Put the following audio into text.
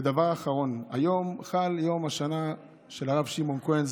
ודבר אחרון: היום חל יום השנה של הרב שמעון כהן,